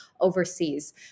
overseas